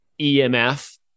EMF